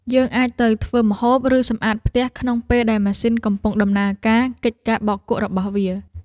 យើងអាចទៅធ្វើម្ហូប ឬសម្អាតផ្ទះក្នុងពេលដែលម៉ាស៊ីនកំពុងដំណើរការកិច្ចការបោកគក់របស់វា។